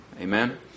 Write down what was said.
Amen